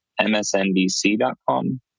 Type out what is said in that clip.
msnbc.com